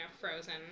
Frozen